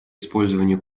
использование